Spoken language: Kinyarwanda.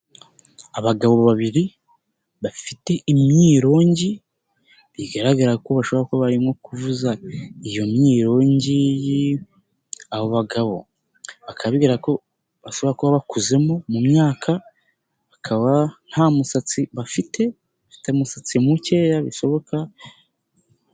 Abagabo babiri bafite imyirongi, bigaragara ko bashobora kuba barimo kuvuza iyo myirogi, abo bagabo bikaba bigaragarara ko bashobora kuba bakuzemo mu myaka, bakaba nta musatsi bafite.